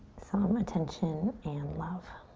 some attention and love.